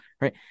Right